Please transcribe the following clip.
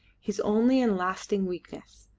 his only and lasting weakness.